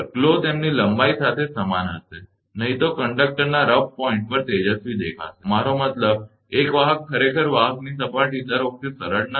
glow તેમની લંબાઈ સાથે સમાન હશે નહીં તો કંડક્ટરના રફ પોઇન્ટ તેજસ્વી દેખાશે મારો મતલબ કે એક વાહક ખરેખર વાહકની સપાટી દર વખતે સરળ નથી